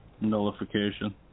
nullification